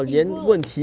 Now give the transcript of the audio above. it works